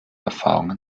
erfahrungen